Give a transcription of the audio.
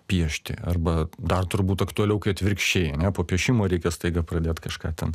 piešti arba dar turbūt aktualiau kai atvirkščiai ane po piešimo reikia staiga pradėt kažką ten